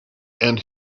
and